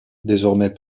désormais